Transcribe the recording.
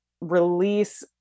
release